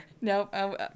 no